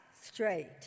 straight